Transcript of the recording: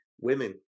women